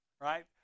right